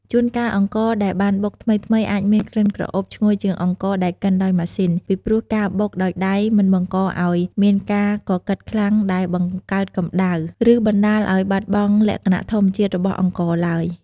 ជួនកាល អង្ករដែលបានបុកថ្មីៗអាចមានក្លិនក្រអូបឈ្ងុយជាងអង្ករដែលកិនដោយម៉ាស៊ីន ពីព្រោះការបុកដោយដៃមិនបង្កឲ្យមានការកកិតខ្លាំងដែលបង្កើតកម្ដៅ ឬបណ្ដាលឲ្យបាត់បង់លក្ខណៈធម្មជាតិរបស់អង្ករឡើយ។